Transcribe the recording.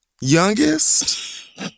youngest